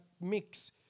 mix